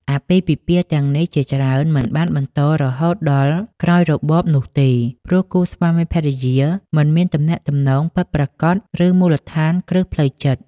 អាពាហ៍ពិពាហ៍ទាំងនេះជាច្រើនមិនបានបន្តរហូតដល់ក្រោយរបបនោះទេ ព្រោះគូស្វាមីភរិយាមិនមានទំនាក់ទំនងពិតប្រាកដឬមូលដ្ឋានគ្រឹះផ្លូវចិត្ត។